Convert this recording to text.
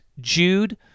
Jude